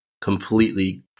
completely